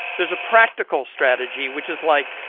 there's a practical strategy, which is, like,